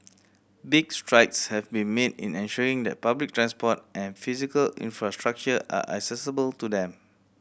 big strides have been made in ensuring that public transport and physical infrastructure are accessible to them